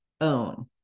own